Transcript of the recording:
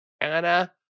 Anna